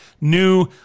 new